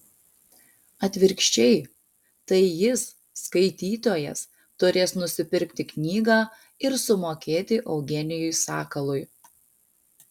atvirkščiai tai jis skaitytojas turės nusipirkti knygą ir sumokėti eugenijui sakalui